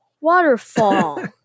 waterfall